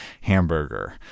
hamburger